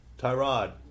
Tyrod